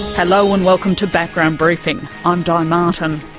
hello and welcome to background briefing. i'm di martin.